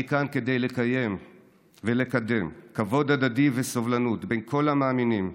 אני כאן כדי לקיים ולקדם כבוד הדדי וסובלנות בין כל המאמינים,